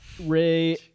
Ray